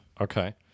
Okay